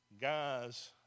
guys